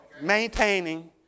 Maintaining